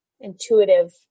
intuitive